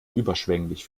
überschwänglich